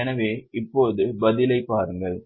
எனவே இப்போது பதிலைப் பாருங்கள்